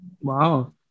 wow